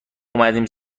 اومدیم